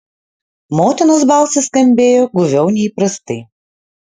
motinos balsas skambėjo guviau nei įprastai